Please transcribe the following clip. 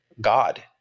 God